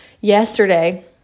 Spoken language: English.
yesterday